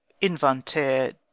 Inventaire